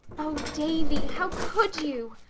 oh, davy, how could you?